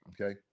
Okay